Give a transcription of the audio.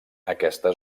aquesta